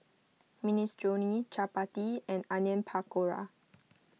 Minestrone Chapati and Onion Pakora